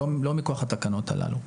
לא מכוח התקנות הללו.